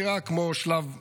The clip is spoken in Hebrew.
נראה כמו שלב א'